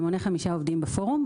שמונה חמישה עובדים בפורום,